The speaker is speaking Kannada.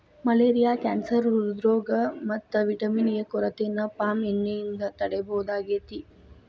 ಮಲೇರಿಯಾ ಕ್ಯಾನ್ಸರ್ ಹ್ರೃದ್ರೋಗ ಮತ್ತ ವಿಟಮಿನ್ ಎ ಕೊರತೆನ ಪಾಮ್ ಎಣ್ಣೆಯಿಂದ ತಡೇಬಹುದಾಗೇತಿ